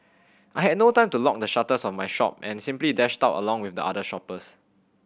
I had no time to lock the shutters of my shop and simply dashed out along with the other shoppers